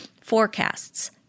forecasts